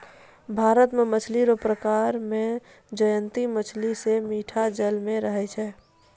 भारत मे मछली रो प्रकार मे जयंती मछली जे मीठा जल मे रहै छै